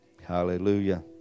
Hallelujah